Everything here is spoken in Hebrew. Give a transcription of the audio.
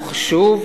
הוא חשוב,